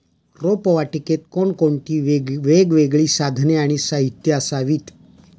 रोपवाटिकेत कोणती वेगवेगळी साधने आणि साहित्य असावीत?